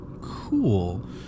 cool